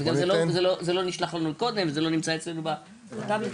זה לא נשלח לנו קודם, זה לא נמצא אצלנו בטאבלטים.